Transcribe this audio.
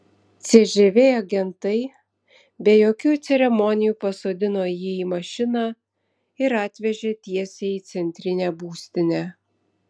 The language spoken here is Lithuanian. cžv agentai be jokių ceremonijų pasodino jį į mašiną ir atvežė tiesiai į centrinę būstinę